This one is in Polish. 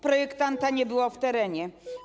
Projektanta nie było w terenie.